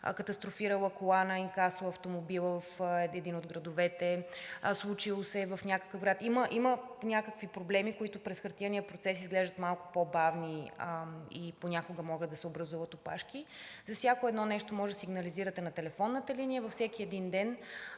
катастрофирала кола на инкасо в един от градовете, случило се е в някакъв град. Има някакви проблеми, които през хартиения процес изглеждат малко по-бавни и понякога могат да се образуват опашки, а за всяко едно нещо може да сигнализирате на телефонната линия. Всеки един ден